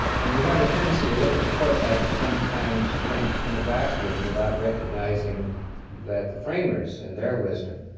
and we have a tendency to look at the courts, i sometimes think, in a vacuum, without recognizing that the framers, in their wisdom,